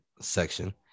section